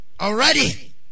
already